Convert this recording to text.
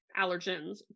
allergens